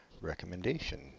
recommendation